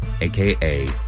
aka